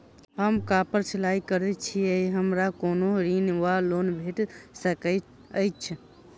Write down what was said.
हम कापड़ सिलाई करै छीयै हमरा कोनो ऋण वा लोन भेट सकैत अछि?